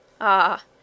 Ah